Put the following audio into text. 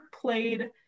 played